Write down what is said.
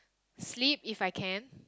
sleep if I can